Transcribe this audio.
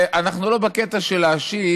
ואנחנו לא בקטע של להאשים,